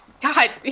God